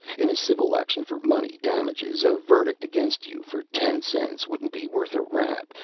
in a civil action for money damages a verdict against you for ten cents wouldn't be worth a rap,